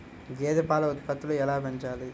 గేదె పాల ఉత్పత్తులు ఎలా పెంచాలి?